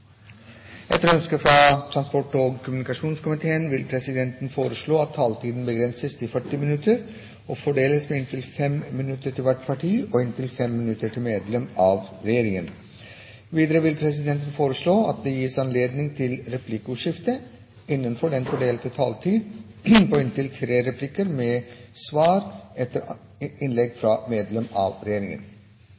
Etter ønske fra transport- og kommunikasjonskomiteen vil presidenten foreslå at taletiden begrenses til 40 minutter og fordeles med inntil 5 minutter til hvert parti og inntil 5 minutter til medlem av regjeringen. Videre vil presidenten foreslå at det gis anledning til replikkordskifte på inntil tre replikker med svar etter innlegg